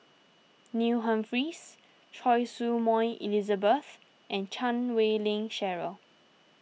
Neil Humphreys Choy Su Moi Elizabeth and Chan Wei Ling Cheryl